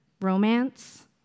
romance